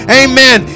amen